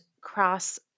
cross